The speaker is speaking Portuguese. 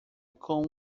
com